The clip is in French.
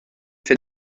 fait